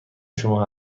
شما